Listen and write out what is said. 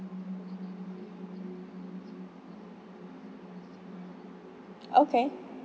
okay